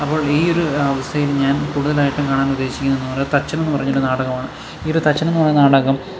അപ്പോൾ ഈ ഒരു അവസ്ഥയിൽ ഞാൻ കൂടുതലായിട്ടും കാണാൻ ഉദ്ദേശിക്കുന്നതെന്ന് പറഞ്ഞാല് തച്ചനെന്നു പറഞ്ഞൊരു നാടകമാണ് ഈ ഒരു തച്ചൻ എന്നു പറഞ്ഞ നാടകം